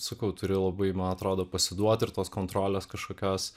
sakau turi labai man atrodo pasiduoti ir tos kontrolės kažkokios